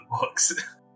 books